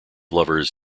lovers